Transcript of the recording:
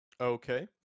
Okay